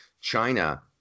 China